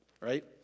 right